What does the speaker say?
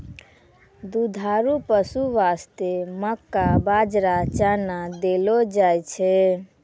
दुधारू पशु वास्तॅ मक्का, बाजरा, चना देलो जाय छै